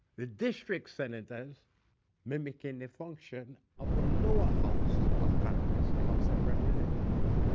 the district senators mimicking the function of the lower house of congress, the house of representatives.